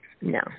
No